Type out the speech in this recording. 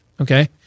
okay